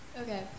Okay